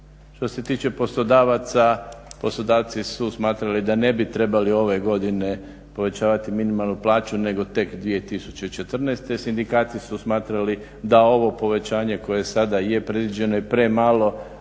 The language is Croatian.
Što se tiče poslodavaca poslodavci su smatrali da ne bi trebali ove godine povećavati minimalnu plaću nego tek 2014., sindikati su smatrali da ovo povećanje koje sada je predviđeno je premalo